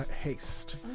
Haste